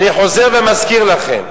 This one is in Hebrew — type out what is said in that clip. אני חוזר ומזכיר לכם,